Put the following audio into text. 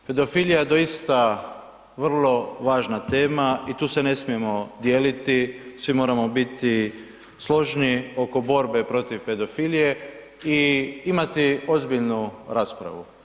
Pedofilija doista vrlo važna tema i tu se ne smijemo dijeliti, svi moramo biti složni oko borbe protiv pedofilije i imati ozbiljnu raspravu.